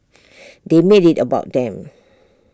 they made IT about them